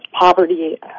poverty